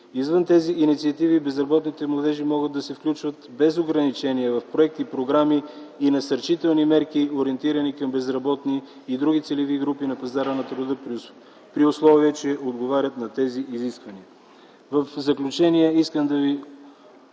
Извън тези инициативи, безработните младежи могат да се включват без ограничения в проекти, програми и насърчителни мерки, ориентирани към безработни и други целеви групи на пазара на труда, при условие че отговарят на тези изисквания. В заключение искам да ви